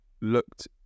looked